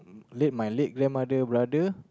late my late grandmother brother